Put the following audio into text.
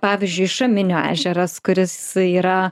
pavyzdžiui šaminio ežeras kuris yra